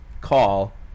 call